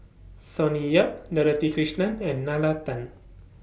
Sonny Yap Dorothy Krishnan and Nalla Tan